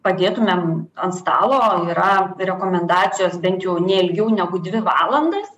padėtumėm ant stalo o yra rekomendacijos bent jau ne ilgiau negu dvi valandas